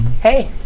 hey